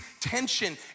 tension